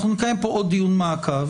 אנחנו נקיים פה עוד דיון מעקב.